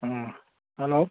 ꯎꯝ hello